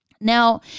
Now